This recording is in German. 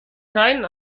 keinen